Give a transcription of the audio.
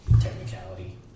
technicality